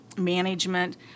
management